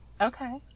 Okay